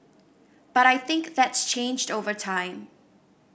but I think that's changed over time